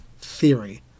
theory